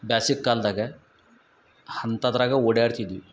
ಬ್ಯಾಸಿಗ್ ಕಾಲದಾಗ ಅಂಥದ್ರಾಗ ಓಡಾಡ್ತಿದ್ವಿ